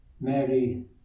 Mary